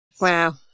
Wow